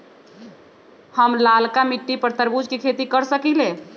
हम लालका मिट्टी पर तरबूज के खेती कर सकीले?